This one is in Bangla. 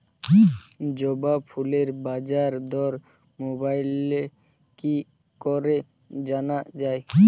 জবা ফুলের বাজার দর মোবাইলে কি করে জানা যায়?